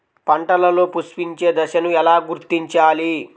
పంటలలో పుష్పించే దశను ఎలా గుర్తించాలి?